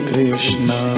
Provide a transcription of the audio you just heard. Krishna